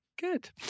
Good